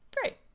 great